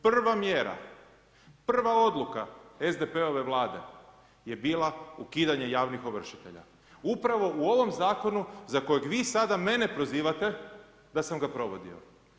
Prva mjera, prva odluka SDP-ove vlade je ukidanje javnih ovršitelja, upravo u ovom zakonu za kojeg vi sada mene prozivate da sam ga provodio.